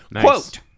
Quote